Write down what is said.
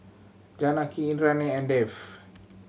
Janaki Indranee and Dev